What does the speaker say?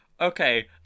Okay